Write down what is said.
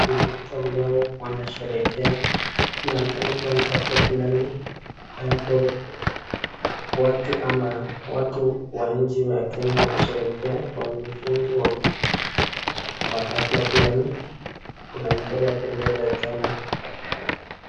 Ni watu ambao wanasherekea wanaonekana kuwa ni kabila fulani, watu ama watu wa nchi ya Kenya wanasherekea kwa ushindi wa afla fulani kuna mchero ya bendera ya Kenya.